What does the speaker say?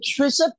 Trisha